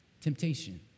temptation